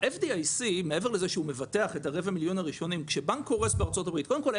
מעבר לזה שה-FDIC מבטח את הרבע מיליון הראשונים קודם כל,